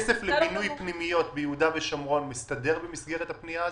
הכסף לבינוי פנימיות ביהודה ושומרון מסתדר במסגרת הפנייה הזאת?